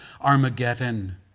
Armageddon